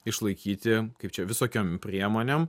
išlaikyti kaip čia visokiom priemonėm